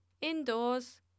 indoors